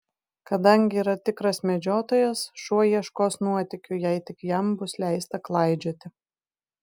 kadangi yra tikras medžiotojas šuo ieškos nuotykių jei tik jam bus leista klaidžioti